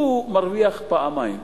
הוא מרוויח פעמיים,